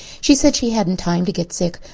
she said she hadn't time to get sick,